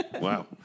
Wow